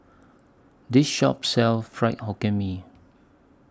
This Shop sells Fried Hokkien Mee